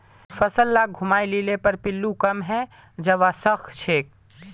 फसल लाक घूमाय लिले पर पिल्लू कम हैं जबा सखछेक